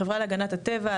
החברה להגנת הטבע,